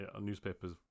newspapers